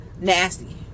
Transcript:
nasty